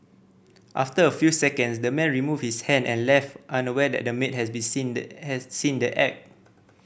after a few seconds the man removed his hand and left unaware that the maid has been seen the has seen the act